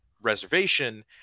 reservation